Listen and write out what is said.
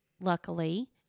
luckily